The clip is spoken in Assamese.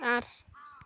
আঠ